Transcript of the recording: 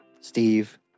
Steve